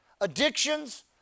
Addictions